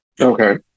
Okay